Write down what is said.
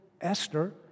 Esther